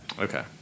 Okay